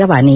ರವಾನೆ